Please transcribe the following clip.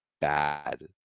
bad